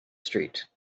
street